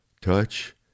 touch